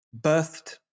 birthed